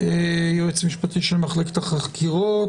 יועמ"ש של מחלקת החקירות,